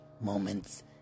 moments